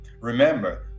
remember